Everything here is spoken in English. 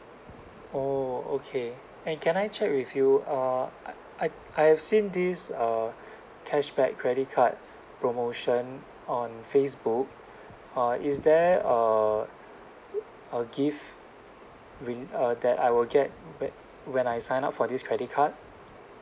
oh okay and can I check with you uh I I I have seen this uh cashback credit card promotion on facebook uh is there a a gift win uh that I will get back when I sign up for this credit card